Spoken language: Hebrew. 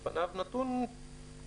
על פניו, נתון חזק.